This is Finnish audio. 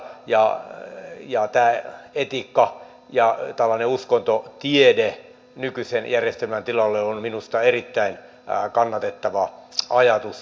ja tämä etiikka ja uskontotiede nykyisen järjestelmän tilalle on minusta erittäin kannatettava ajatus